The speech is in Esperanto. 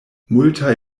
multaj